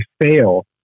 fail